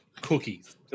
cookies